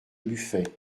buffet